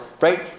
right